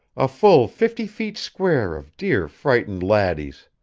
a full fifty feet square of dear frightened laddies.